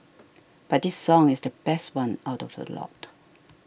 but this song is the best one out of the lot